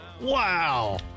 Wow